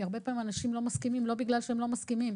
הרבה פעמים אנשים לא מסכימים לא בגלל שהם לא מסכימים.